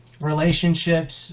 relationships